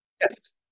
Yes